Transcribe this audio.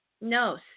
No